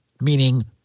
meaning